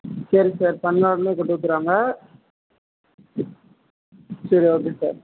சரி சார் பண்ணவொடனே கொண்டு வந்துடுவாங்க சரி ஓகே சார்